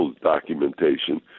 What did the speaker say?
documentation